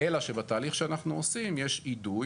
אלא שבתהליך שאנחנו עושים יש אידוי